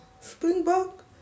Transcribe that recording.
Springbok